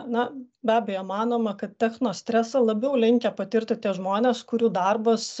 na be abejo manoma kad techno stresą labiau linkę patirti tie žmonės kurių darbas